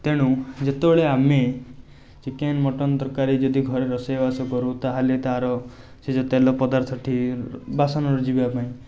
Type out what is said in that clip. ତେଣୁ ଯେତେବେଳେ ଆମେ ଚିକେନ୍ ମଟନ୍ ତରକାରୀ ଯଦି ଘରେ ରୋଷେଇବାସ କରୁ ତାହେଲେ ତାର ସେ ଯେଉଁ ତେଲ ପଦାର୍ଥଟି ବାସନରୁ ଯିବାପାଇଁ